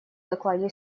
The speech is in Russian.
докладе